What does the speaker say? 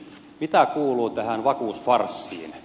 mitä kuuluu tähän vakuusfarssiin